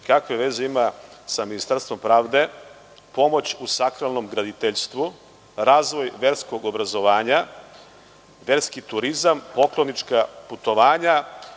kakve veze ima sa Ministarstvom pravde pomoć u sakralnom graditeljstvu, razvoj verskog obrazovanja, verski turizam, poklonička putovanja